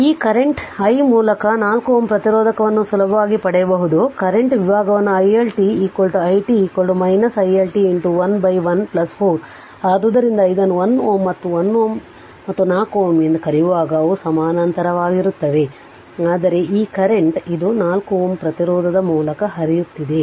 ಈಗ current i ಮೂಲಕ 4 Ω ಪ್ರತಿರೋಧಕವನ್ನು ಸುಲಭವಾಗಿ ಪಡೆಯಬಹುದು ಕರೆಂಟ್ ವಿಭಾಗವನ್ನು i L t i t i L t 1 1 4 ಆದ್ದರಿಂದ ಇದನ್ನು 1 Ω ಮತ್ತು 1 Ω ಮತ್ತು 4 Ω ಎಂದು ಕರೆಯುವಾಗ ಅವು ಸಮಾನಾಂತರವಾಗಿರುತ್ತವೆ ಆದರೆ ಈ I ಕರೆಂಟ್ ಇದು 4 Ω ಪ್ರತಿರೋಧದ ಮೂಲಕ ಹರಿಯುತ್ತಿದ್ದೇನೆ